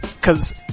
cause